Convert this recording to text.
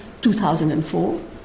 2004